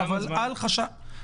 אבל אל חשש.